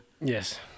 Yes